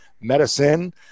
medicine